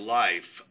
life